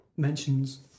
Mentions